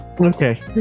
Okay